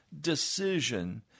decision